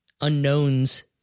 unknowns